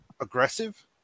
aggressive